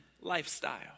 lifestyle